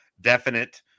definite